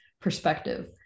perspective